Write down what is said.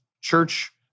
church